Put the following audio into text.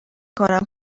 کنم